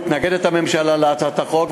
מתנגדת להצעת החוק,